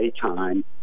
time